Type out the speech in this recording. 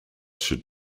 should